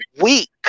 weak